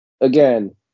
Again